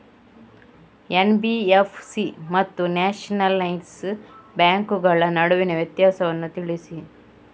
NBFC ಮತ್ತು nationalise ಬ್ಯಾಂಕುಗಳ ನಡುವಿನ ವ್ಯತ್ಯಾಸವನ್ನು ತಿಳಿಸಿ?